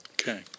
Okay